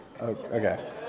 Okay